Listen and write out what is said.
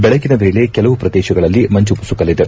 ದೆಳಗಿನ ವೇಳೆ ಕೆಲವು ಪ್ರದೇಶಗಳಲ್ಲಿ ಮಂಜು ಮುಸುಕಲಿದೆ